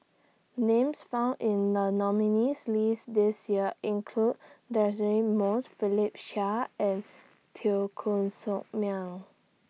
Names found in The nominees' list This Year include Deirdre Moss Philip Chia and Teo Koh Sock Miang